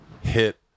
hit